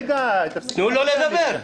תנו לו לדבר.